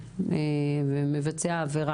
ואם כבר העבירה בוצעה,